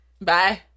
Bye